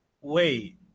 wait